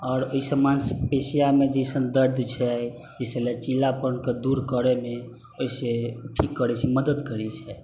आओर एहिसँ मांसपेशिओमे जैसन दर्द छै एहिसँ लचीलापनके दूर करैमे एहिसँ की करैत छै मदद करैत छै